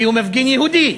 כי הוא מפגין יהודי.